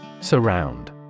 Surround